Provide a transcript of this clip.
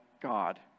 God